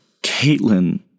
Caitlin